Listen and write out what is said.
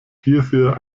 hierfür